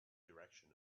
direction